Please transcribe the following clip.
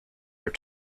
your